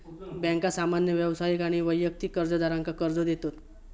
बँका सामान्य व्यावसायिक आणि वैयक्तिक कर्जदारांका कर्ज देतत